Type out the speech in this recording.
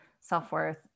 self-worth